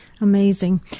Amazing